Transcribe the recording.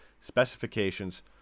specifications